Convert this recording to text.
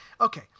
okay